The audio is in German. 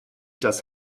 das